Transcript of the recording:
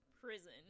prison